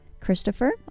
Christopher